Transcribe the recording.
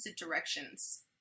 directions